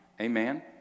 Amen